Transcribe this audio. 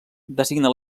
designa